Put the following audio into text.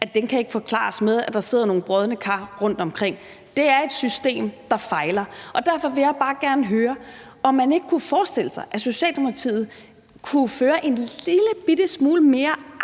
at den ikke kan forklares med, at der sidder nogle brodne kar rundtomkring. Det er et system, der fejler. Derfor vil jeg bare gerne høre, om man ikke kunne forestille sig, at Socialdemokratiet kunne føre en integrationspolitik, der